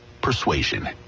persuasion